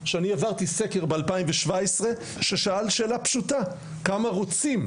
העברתי סקר ב-2017 ששאל שאלה פשוטה, כמה רוצים.